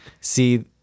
see